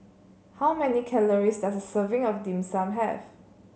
how many calories does a serving of Dim Sum have